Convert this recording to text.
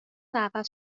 دعوت